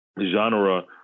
genre